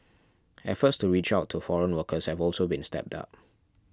efforts to reach out to foreign workers have also been stepped up